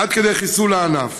עד כדי חיסול הענף.